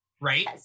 right